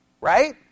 right